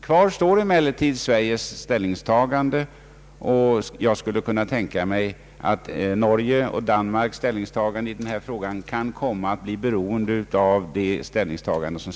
Kvar står emellertid Sveriges ställningstagande, och jag skulle kunna tänka mig att Norges och Danmarks ställningstagande i frågan kan komma att bli beroende av Sveriges.